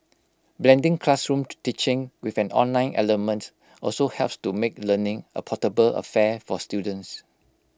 blending classroomed teaching with an online element also helps to make learning A portable affair for students